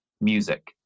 music